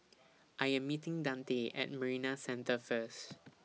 I Am meeting Dante At Marina Centre First